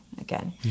again